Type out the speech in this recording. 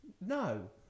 No